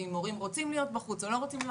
ואם מורים רוצים להיות בחוץ או לא רוצים,